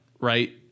right